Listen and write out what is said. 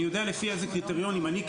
אני יודע לפי אילו קריטריונים אני,